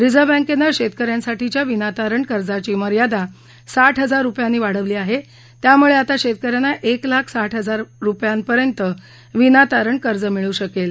reserve बँकनं शेतकऱ्यांसाठीच्या विनातारण कर्जाची मर्यादा साठ हजार रुपयांनी वाढवली आहे त्यामुळे आता शेतकऱ्यांना एक लाख साठ हजार रुपयांपर्यंत विनातारण कर्ज मिळू शकेल